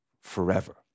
forever